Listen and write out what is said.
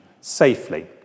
safely